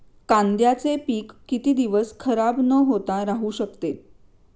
कांद्याचे पीक किती दिवस खराब न होता राहू शकते?